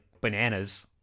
bananas